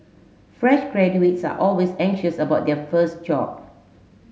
fresh graduates are always anxious about their first job